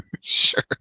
Sure